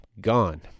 gone